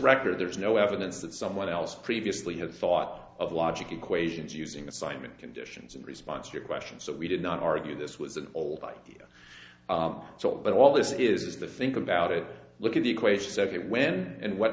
record there is no evidence that someone else previously had thought of logic equations using assignment conditions in response your question so we did not argue this was an old idea but all this is the think about it look at the equations that when and what